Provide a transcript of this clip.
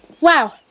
Wow